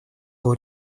был